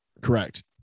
Correct